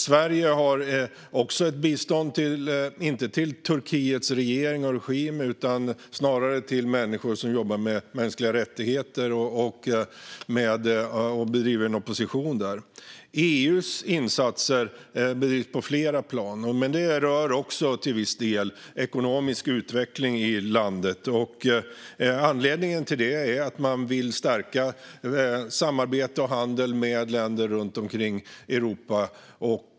Sverige har också ett bistånd, inte till Turkiets regering och regim utan snarare till människor som jobbar med mänskliga rättigheter och bedriver en opposition där. EU:s insatser bedrivs på flera plan. Men de rör också till viss del ekonomisk utveckling i landet. Anledningen till det är att man vill stärka samarbete och handel med länder runt Europa.